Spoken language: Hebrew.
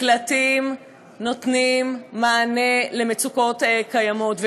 מקלטים נותנים מענה למצוקות קיימות,